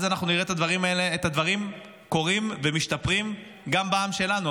אז אנחנו נראה את הדברים קורים ומשתפרים גם בעם שלנו.